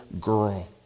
girl